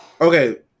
Okay